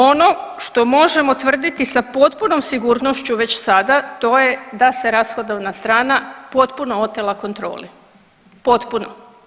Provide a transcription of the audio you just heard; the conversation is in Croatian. Ono što možemo tvrditi sa potpunom sigurnošću već sada to je da se rashodovna strana potpuno otela kontroli, potpuno.